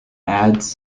ads